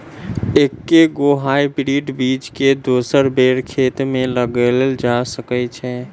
एके गो हाइब्रिड बीज केँ दोसर बेर खेत मे लगैल जा सकय छै?